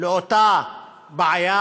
לאותה בעיה,